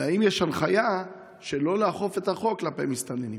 2. האם יש הנחיה שלא לאכוף את החוק כלפי מסתננים?